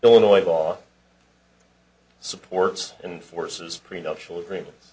illinois law supports and forces prenuptial agreements